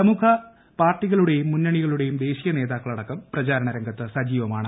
പ്രമുഖ പാർട്ടികളുടെയും മുന്നണികളുടെയും ദേശീയ നേതാക്കളടക്കം പ്രചാരണ രംഗത്ത് സജീവമാണ്